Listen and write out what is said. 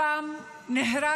שם נהרג